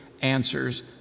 answers